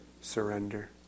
surrender